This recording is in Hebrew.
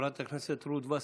חברת הכנסת רות וסרמן.